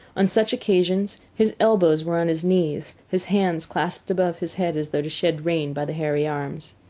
on such occasions his elbows were on his knees, his hands clasped above his head as though to shed rain by the hairy arms.